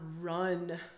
run